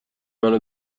منو